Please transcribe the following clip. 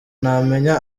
namenya